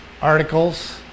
articles